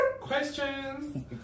questions